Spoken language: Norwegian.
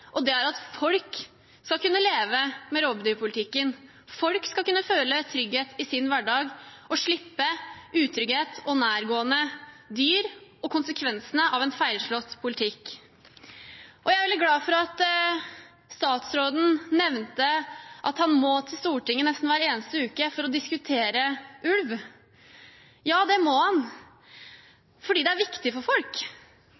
og det er at folk skal kunne leve med rovdyrpolitikken, folk skal kunne føle trygghet i sin hverdag og slippe utrygghet og nærgående dyr og konsekvensene av en feilslått politikk. Jeg er veldig glad for at statsråden nevnte at han må til Stortinget nesten hver eneste uke for å diskutere ulv. Ja, det må